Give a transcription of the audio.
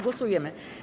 Głosujemy.